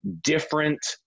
different